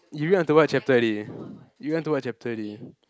you read until what chapter already you read until what chapter already